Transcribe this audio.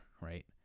right